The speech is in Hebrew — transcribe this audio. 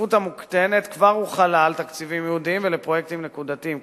ההשתתפות המוקטנת כבר הוחלה על תקציבים ייעודים ולפרויקטים נקודתיים,